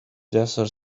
desert